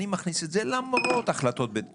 אני מכניס את זה למרות החלטות בית משפט,